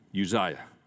Uzziah